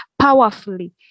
powerfully